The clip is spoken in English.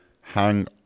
hang